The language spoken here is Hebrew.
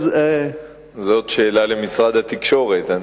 זאת שאלה למשרד התקשורת.